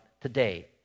today